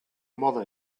mother